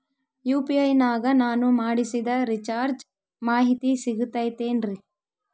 UPI ನಾಗ ನಾನು ಮಾಡಿಸಿದ ರಿಚಾರ್ಜ್ ಮಾಹಿತಿ ಸಿಗುತೈತೇನ್ರಿ?